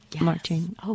Martin